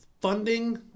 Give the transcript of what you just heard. funding